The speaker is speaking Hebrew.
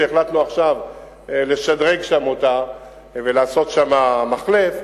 שהחלטנו עכשיו לשדרג אותו ולעשות שם מחלף,